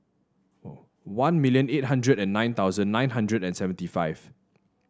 one million eight hundred and nine thousand nine hundred and seventy five